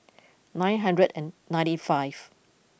nine hundred and ninety five